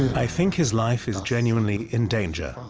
i think his life is genuinely in danger.